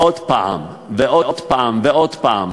עוד פעם ועוד פעם ועוד פעם,